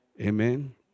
Amen